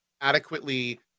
adequately